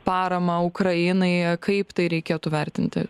paramą ukrainai kaip tai reikėtų vertinti